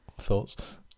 Thoughts